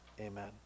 Amen